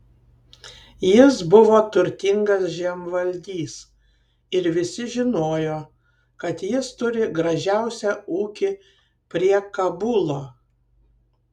jis buvo turtingas žemvaldys ir visi žinojo kad jis turi gražiausią ūkį prie kabulo